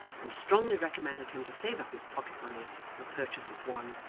and strongly recommended him to save up his pocket-money for the purchase of one,